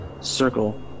circle